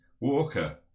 Walker